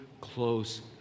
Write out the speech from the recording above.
close